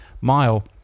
mile